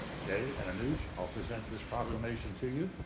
jay and anoush, i'll present this proclamation to you,